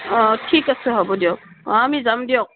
অঁ ঠিক আছে হ'ব দিয়ক অঁ আমি যাম দিয়ক